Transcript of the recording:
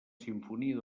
simfonia